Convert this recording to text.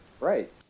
right